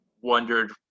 wondered –